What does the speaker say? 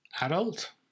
adult